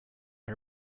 her